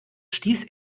stieß